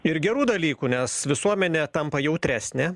ir gerų dalykų nes visuomenė tampa jautresnė